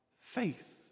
faith